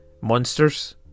monsters